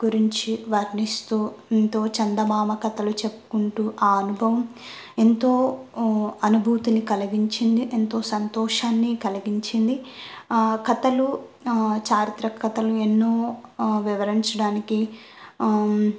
గురించి వర్ణిస్తూ ఎంతో చందమామ కథలు చెప్పుకుంటూ ఆ అనుభవం ఎంతో అనుభూతిని కలిగించింది ఎంతో సంతోషాన్ని కలిగించింది కథలు చారిత్ర కథలు ఎన్నో వివరించడానికి